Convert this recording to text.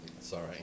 Sorry